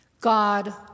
God